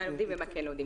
ובמה לא עומדים.